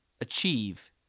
achieve